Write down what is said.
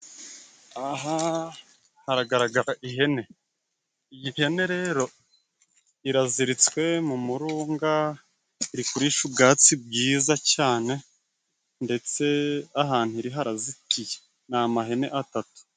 Aha haragaragara ihene, ihene rero iraziritswe mu murunga iri kurisha ubwatsi bwiza cyane, ndetse ahantu iri harazitiye, ni amahene atatu.